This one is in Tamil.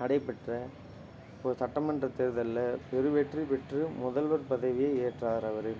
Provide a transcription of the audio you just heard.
நடைப்பெற்ற அப்போ சட்ட மன்ற தேர்தலில் பெரும் வெற்றிப் பெற்று முதல்வர் பதவியை ஏற்றார் அவர்